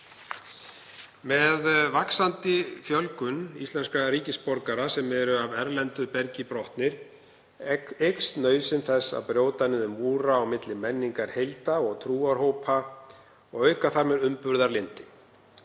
Með vaxandi fjölgun íslenskra ríkisborgara sem eru af erlendu bergi brotnir eykst nauðsyn þess að brjóta niður múra á milli menningarheilda og trúarhópa og auka þar með umburðarlyndi.